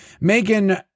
Megan